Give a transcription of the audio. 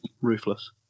Ruthless